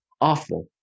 awful